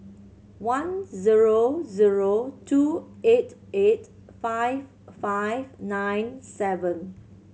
one zero zero two eight eight five five nine seven